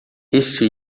este